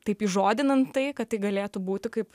taip įžodinant tai kad tai galėtų būti kaip